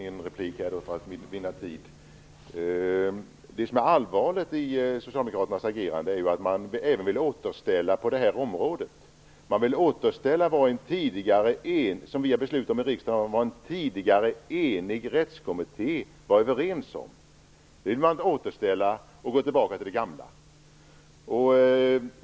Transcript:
Fru talman! Jag skall för att vinna tid nöja mig med en replik. Det som är allvarligt i socialdemokraternas agerande är att de vill återställa även på det här området. Man vill återställa det som vi här i riksdagen har beslutat om och som en tidigare enig rättskommitté var överens om, för att gå tillbaka till det gamla.